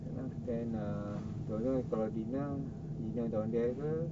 K lah then uh don't know kalau dinner dinner down there ke